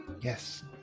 Yes